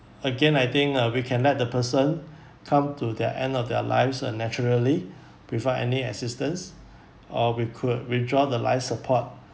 again I think uh we can let the person come to their end of their lives uh naturally without any assistance or we could withdraw the life support